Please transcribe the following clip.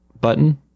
button